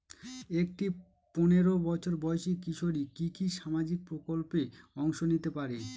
একটি পোনেরো বছর বয়সি কিশোরী কি কি সামাজিক প্রকল্পে অংশ নিতে পারে?